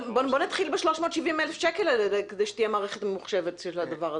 להתחיל ב-350,000 השקלים כדי שתהיה מערכת ממוחשבת של הדבר הזה.